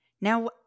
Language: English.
Now